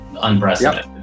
unprecedented